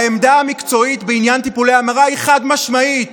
העמדה המקצועית בעניין טיפולי המרה היא חד-משמעית: